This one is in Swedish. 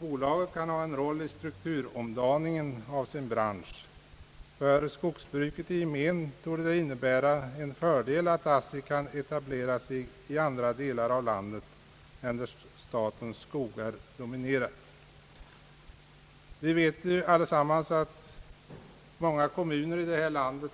Bolaget kan ha en roll i strukturomdaningen av sin bransch. För skogsbruket i gemen torde det innebära en fördel att ASSI kan etablera sig även i andra delar av landet än där statens skogar dominerar. Vi vet alla att man från många kommuner